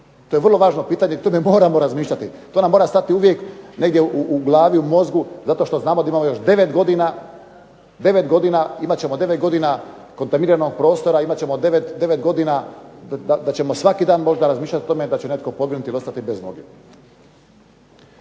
To je vrlo važno pitanje i o tome moramo razmišljati. To nam mora stajati uvijek negdje u glavi, u mozgu, zato što znamo da imamo još 9 godina, imat ćemo 9 godina kontaminiranog prostora, imat ćemo 9 godina da ćemo svaki dan možda razmišljati o tome da će netko poginuti ili ostati bez noge.